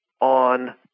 on